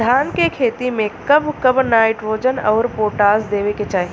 धान के खेती मे कब कब नाइट्रोजन अउर पोटाश देवे के चाही?